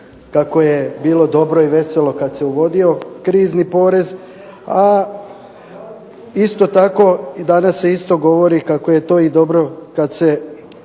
kako je bilo dobro i veselo kad se uvodio krizni porez, a isto tako i danas se isto govori kako je to i dobro kad se